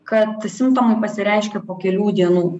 kad simptomai pasireiškia po kelių dienų